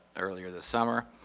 earlier this summer.